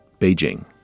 Beijing